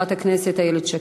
תשעה חברי כנסת בעד, אפס